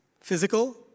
physical